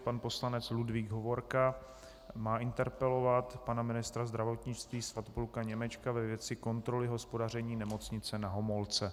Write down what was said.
Pan poslanec Ludvík Hovorka má interpelovat pana ministra zdravotnictví Svatopluka Němečka ve věci kontroly hospodaření Nemocnice na Homolce.